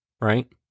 right